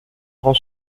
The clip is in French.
grand